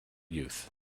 youth